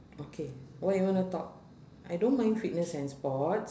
okay what you wanna talk I don't mind fitness and sport